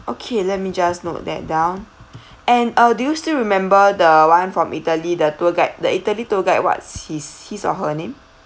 okay let me just note that down and uh do you still remember the one from italy the tour guide the italy tour guide what's his his or her name